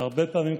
והרבה פעמים,